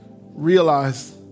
realize